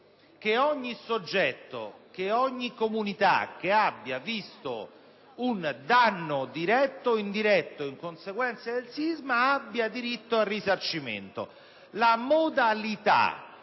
cui ogni soggetto ed ogni comunità che abbiano subito un danno, diretto o indiretto, in conseguenza del sisma, abbiano diritto al risarcimento.